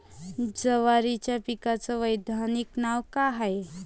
जवारीच्या पिकाचं वैधानिक नाव का हाये?